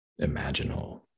imaginal